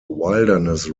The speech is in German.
wilderness